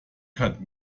hat